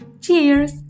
Cheers